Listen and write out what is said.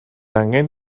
angen